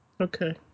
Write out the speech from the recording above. Okay